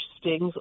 stings